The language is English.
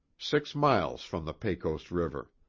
six miles from the pecos river.